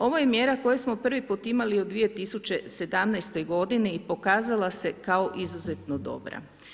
Ovo je mjera koju smo prvi put imali u 2017. godini i pokazala se kao izuzetno dobra.